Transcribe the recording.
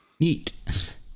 Neat